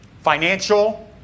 financial